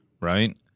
right